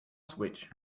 switch